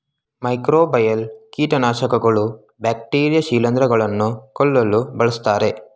microbial ಕೀಟನಾಶಕಗಳು bacteria ಶಿಲಿಂದ್ರ ಗಳನ್ನು ಕೊಲ್ಲಲು ಬಳ್ಸತ್ತರೆ